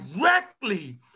directly